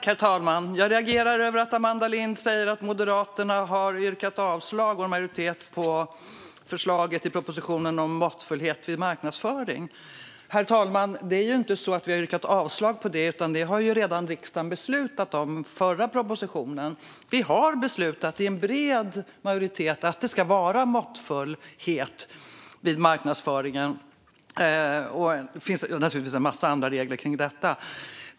Herr talman! Jag reagerar över att Amanda Lind säger att Moderaterna och en majoritet har yrkat avslag på förslaget i propositionen om måttfullhet vid marknadsföring. Herr talman! Det är inte så att vi har yrkat avslag på det, utan detta har riksdagen redan beslutat om med anledning av den förra propositionen. Vi har beslutat i en bred majoritet att det ska vara måttfullhet vid marknadsföringen. Och det finns naturligtvis en massa andra regler kring detta.